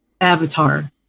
avatar